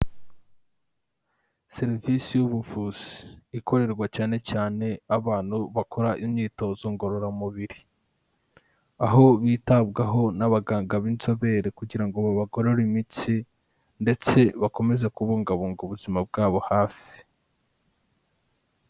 Serivisi y'ubuvuzi ikorerwa cyane cyane abantu bakora imyitozo ngororamubiri, aho bitabwaho n'abaganga b'inzobere kugira ngo babagorore imitsi ndetse bakomeze kubungabunga ubuzima bwabo hafi.